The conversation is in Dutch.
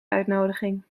uitnodiging